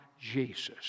Jesus